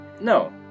No